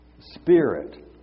Spirit